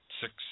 six